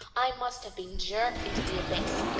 i must have been jerked into the abyss.